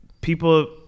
people